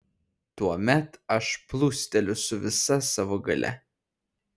tuomet aš plūsteliu su visa savo galia